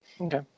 Okay